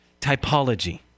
typology